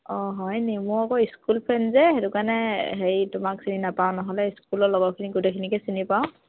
অঁ হয় নি মোৰ আকৌ স্কুল ফ্ৰেণ্ড যে সেইটো কাৰণে হেৰি তোমাক চিনি নাপাওঁ নহ'লে স্কুলৰ লগৰখিনি গোটেইখিনিকে চিনি পাওঁ